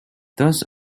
thus